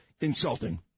insulting